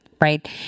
right